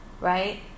right